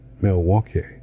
Milwaukee